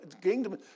kingdom